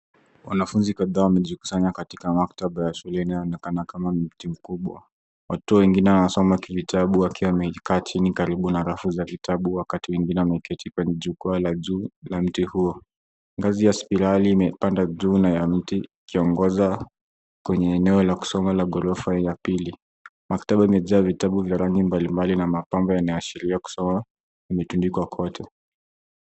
Wanafunzi kadhaa wamejikusanya katika maktaba ya shuleni inayoonekana kama mti mkubwa. Watu wengine wanasoma vitabu wakiwa wamekaa chini karibu na rafu za vitabu, wakati wengine wameketi kwenye jukwaa la juu la mti huo. Ngazi ya spirali imepanda juu na ya mti ikiongoza kwenye eneo la kusoma la ghorofa ya pili. Maktaba imejaa vitabu vya rangi mbalimbali na mapambo yameashiria kusoma yametundikwa kote.